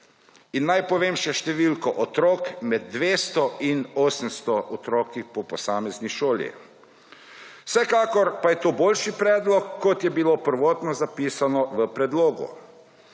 In naj povem še številko otrok, med 200 in 800 otrok po posamezni šoli. Vsekakor pa je to boljši predlog, kot je bilo prvotno zapisano v predlogu.